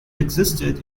existed